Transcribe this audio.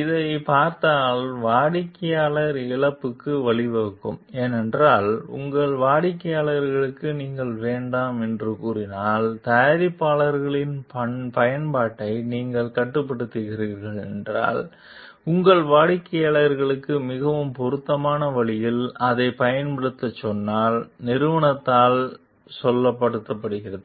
இதைப் பார்த்தால் வாடிக்கையாளர் இழப்புக்கும் வழிவகுக்கும் ஏனென்றால் உங்கள் வாடிக்கையாளர்களுக்கு நீங்கள் வேண்டாம் என்று கூறினால் தயாரிப்புகளின் பயன்பாட்டை நீங்கள் கட்டுப்படுத்துகிறீர்கள் என்றால் உங்கள் வாடிக்கையாளர்களுக்கு மிகவும் பொருத்தமான வழியில் அதைப் பயன்படுத்தச் சொன்னால் நிறுவனத்தால் சொல்லப்படுகிறது